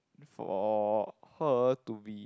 for her to be